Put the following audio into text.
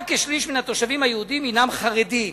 רק כשליש מן התושבים היהודים הינם חרדים.